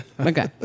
Okay